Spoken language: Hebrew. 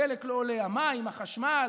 הדלק לא עולה, המים, החשמל,